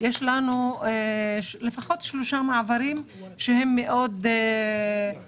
יש לנו לפחות שלושה מעברים שהם מאוד חשובים,